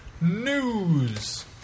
News